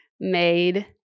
made